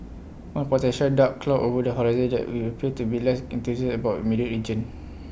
one potential dark cloud over the horizon is that we appear to be less enthused about our immediate region